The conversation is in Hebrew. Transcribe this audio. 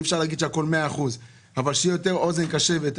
אי אפשר להגיד שהכול 100%. אבל שתהיה יותר אוזן קשבת.